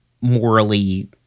morally